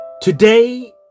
Today